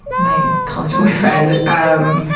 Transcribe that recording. my college boyfriend, um,